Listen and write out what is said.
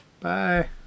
Bye